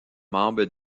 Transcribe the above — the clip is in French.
membres